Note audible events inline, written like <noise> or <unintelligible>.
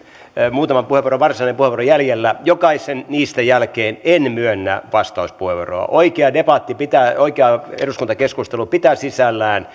muutama varsinainen puheenvuoro jäljellä puheenvuoron jälkeen en myönnä vastauspuheenvuoroa oikea debatti oikea eduskuntakeskustelu pitää sisällään <unintelligible>